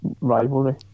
rivalry